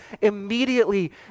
immediately